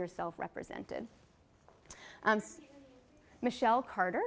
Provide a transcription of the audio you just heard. yourself represented michelle carter